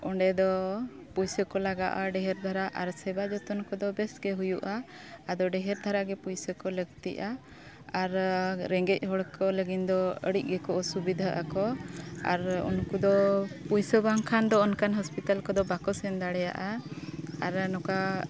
ᱚᱸᱰᱮ ᱫᱚ ᱯᱚᱭᱥᱟ ᱠᱚ ᱞᱟᱜᱟᱜᱼᱟ ᱰᱷᱮᱨ ᱫᱷᱟᱨᱟ ᱟᱨ ᱥᱮᱵᱟ ᱡᱚᱛᱚᱱ ᱠᱚᱫᱚ ᱵᱮᱥ ᱜᱮ ᱦᱩᱭᱩᱜᱼᱟ ᱟᱫᱚ ᱰᱷᱮᱨ ᱫᱷᱟᱨᱟ ᱜᱮ ᱯᱚᱭᱥᱟ ᱠᱚ ᱞᱟᱹᱠᱛᱤᱜᱼᱟ ᱟᱨ ᱨᱮᱸᱜᱮᱡ ᱦᱚᱲ ᱠᱚ ᱞᱟᱹᱜᱤᱫ ᱫᱚ ᱟᱹᱰᱤ ᱜᱮᱠᱚ ᱚᱥᱩᱵᱤᱫᱷᱟ ᱟᱠᱚ ᱟᱨ ᱩᱱᱠᱩ ᱫᱚ ᱯᱚᱭᱥᱟ ᱵᱟᱝᱠᱷᱟᱱ ᱫᱚ ᱚᱱᱠᱟᱱ ᱦᱚᱥᱯᱤᱴᱟᱞ ᱠᱚᱫᱚ ᱵᱟᱠᱚ ᱥᱮᱱ ᱫᱟᱲᱮᱭᱟᱜᱼᱟ ᱟᱨ ᱱᱚᱝᱠᱟ